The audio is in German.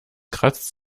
kratzt